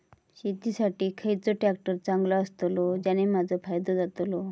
शेती साठी खयचो ट्रॅक्टर चांगलो अस्तलो ज्याने माजो फायदो जातलो?